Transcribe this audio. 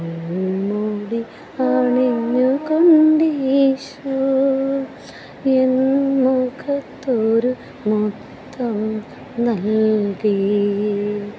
മുൾമുടി അണിഞ്ഞു കൊണ്ടീശോ എൻ മുഖത്തൊരു മുത്തം നൽകി